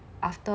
after